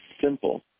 simple